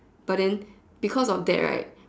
but then because of that right